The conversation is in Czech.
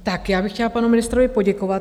Tak já bych chtěla panu ministrovi poděkovat.